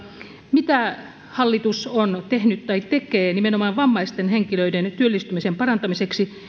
mitä hallitus on tehnyt tai tekee nimenomaan vammaisten henkilöiden työllistymisen parantamiseksi